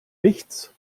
nichts